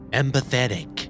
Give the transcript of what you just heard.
empathetic